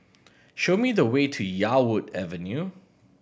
show me the way to Yarwood Avenue